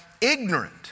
ignorant